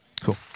Cool